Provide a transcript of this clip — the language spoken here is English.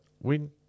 Win